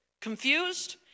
Confused